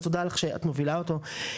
אז תודה לך שאת מובילה אותו.